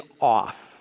off